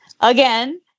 again